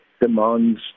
demands